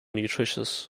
nutritious